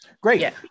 Great